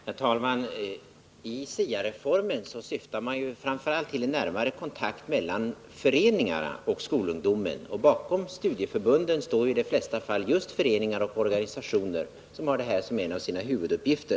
Herr talman! Med SIA-reformen syftar man ju framför allt till att få en närmare kontakt mellan föreningarna och skolungdomen. Bakom studieförbunden står i de flesta fall just föreningar och organisationer som har det här som en av sina huvuduppgifter.